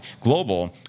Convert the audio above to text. global